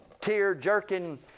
tear-jerking